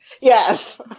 Yes